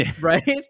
right